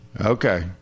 Okay